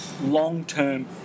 long-term